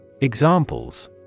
Examples